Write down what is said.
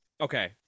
Okay